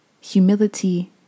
Humility